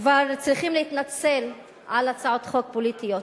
כבר צריכים להתנצל על הצעות חוק פוליטיות.